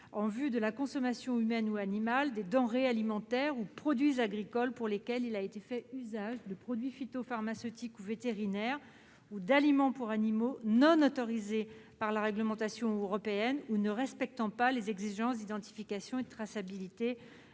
en vue de la consommation humaine ou animale des denrées alimentaires ou produits agricoles pour lesquels il a été fait usage de produits phytopharmaceutiques ou vétérinaires ou d'aliments pour animaux non autorisés par la réglementation européenne ou ne respectant pas les exigences d'identification et de traçabilité imposées